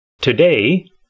Today